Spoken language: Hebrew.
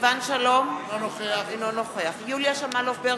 סילבן שלום, אינו נוכח יוליה שמאלוב-ברקוביץ,